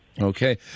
Okay